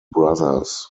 brothers